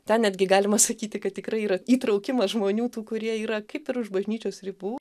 ten netgi galima sakyti kad tikrai yra įtraukimas žmonių tų kurie yra kaip ir už bažnyčios ribų